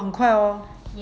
很快哦